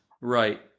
Right